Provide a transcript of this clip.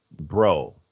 bro